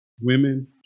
women